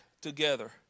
together